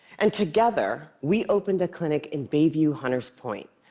and together, we opened a clinic in bayview-hunters point,